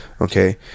Okay